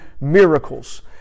miracles